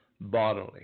bodily